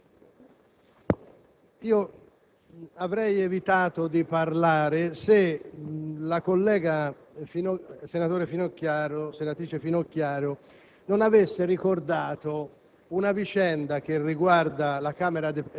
Sul problema dei voti espressi, un conto è che un senatore abbia espresso il voto, e ovviamente non ho alcun problema a ritenere che sia così, altro conto è che il voto sia stato espresso al momento della chiusura della votazione.